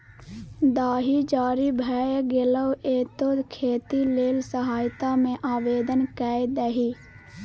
दाही जारी भए गेलौ ये तें खेती लेल सहायता मे आवदेन कए दही